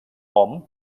hom